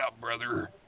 brother